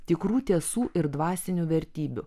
tikrų tiesų ir dvasinių vertybių